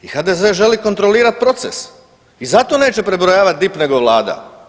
I HDZ želi kontrolirati proces i zato neće prebrojavati DIP nego Vlada.